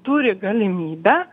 turi galimybę